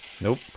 Nope